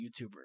YouTuber